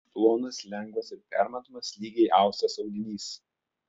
plonas lengvas ir permatomas lygiai austas audinys